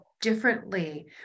differently